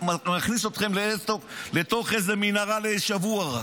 מכניס אתכם לתוך איזה מנהרה רק לשבוע.